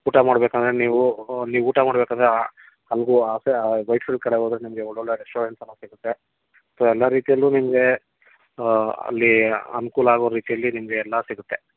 ಊಟ ಮಾಡಬೇಕಂದ್ರೆ ನೀವು ನೀವು ಊಟ ಮಾಡಬೇಕಂದ್ರೆ ಅಲ್ಲಿಗೂ ಆ ವೈಟ್ಫೀಲ್ಡ್ ಕಡೆ ಹೋದರೆ ನಿಮಗೆ ಒಳ್ಳೊಳ್ಳೆಯ ರೆಸ್ಟೋರಂಟ್ಸ್ ಎಲ್ಲ ಸಿಗತ್ತೆ ಸೊ ಎಲ್ಲ ರೀತಿಯಲ್ಲೂ ನಿಮಗೆ ಅಲ್ಲಿ ಅನುಕೂಲ ಆಗೋ ರೀತಿಲಿ ನಿಮಗೆ ಎಲ್ಲ ಸಿಗುತ್ತೆ